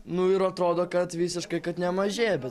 nu ir atrodo kad visiškai kad nemažėja